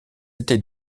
été